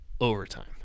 overtime